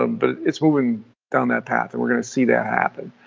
um but, it's moving down that path, and we're going to see that happen.